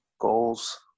Goals